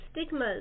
stigmas